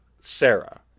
sarah